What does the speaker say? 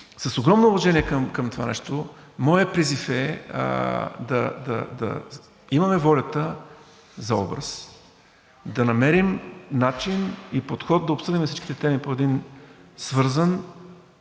С огромно уважение към това нещо, моят призив е да имаме волята за образ, да намерим начин и подход да обсъдим всичките теми по един свързан,